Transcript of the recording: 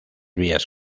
vías